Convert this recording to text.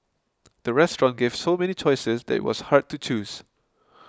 the restaurant gave so many choices that was hard to choose